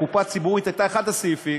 הקופה הציבורית הייתה אחד הסעיפים,